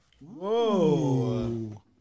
Whoa